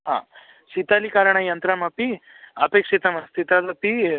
आ शीतलीकरणयन्त्रम् अपि अपेक्षितमस्ति तदपि